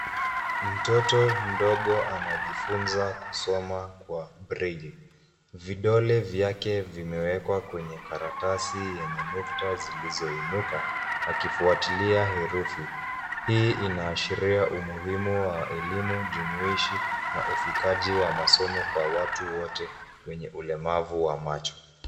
Mtoto mdogo anajifunza kusoma kwa braille . Vidole vyake vimewekwa kwenye karatasi yenye nukta zilizoinuka, akifuatilia hefuri. Hii inaashiria umuhimu wa elimu jumuishi, na ufikaji wa masomo kwa watu wote wenye ulemavu wa macho.